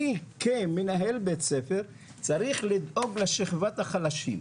אני כמנהל בית ספר צריך לדאוג לשכבת החלשים.